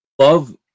love